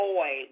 Boy